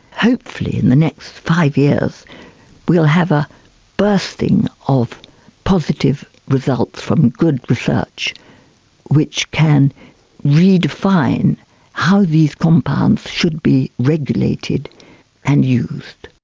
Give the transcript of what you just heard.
hopefully in the next five years we will have a bursting of positive results from good research which can redefine how these compounds should be regulated and used.